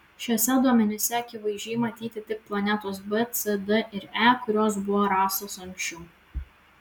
šiuose duomenyse akivaizdžiai matyti tik planetos b c d ir e kurios buvo rastos anksčiau